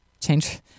Change